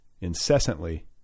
incessantly